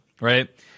right